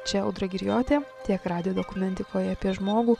čia audra girjotė tiek radijo dokumentikoje apie žmogų